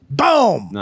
boom